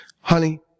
Honey